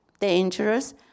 dangerous